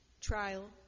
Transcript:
trial